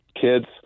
kids